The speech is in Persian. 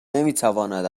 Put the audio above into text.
نمیتواند